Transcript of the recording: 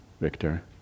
Victor